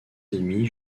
émis